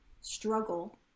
struggle